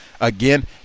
Again